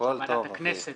לגבי הצעת חוק